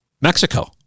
Mexico